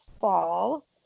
fall